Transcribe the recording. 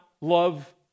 love